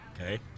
Okay